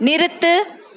நிறுத்து